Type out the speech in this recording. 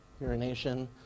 urination